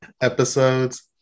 episodes